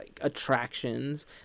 attractions